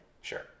Sure